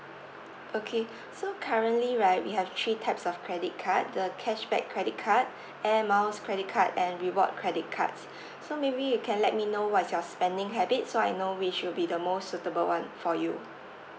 okay so currently right we have three types of credit card the cashback credit card air miles credit card and reward credit cards so maybe you can let me know what is your spending habit so I know which would be the most suitable one for you